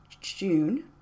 June